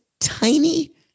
tiny